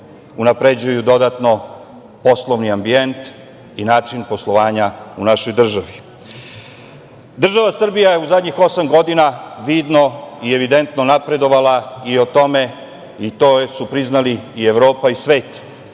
unapređuju dodatno poslovni ambijent i način poslovanja u našoj državi. Država Srbija je u zadnjih osam godina vidno i evidentno napredovala i o tome, i to su priznali i Evropa i svet.